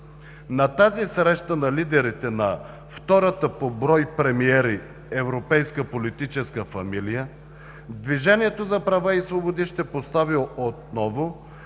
На тази среща на лидерите на втората по брой премиери европейска политическа фамилия „Движението за права и свободи“ ще постави отново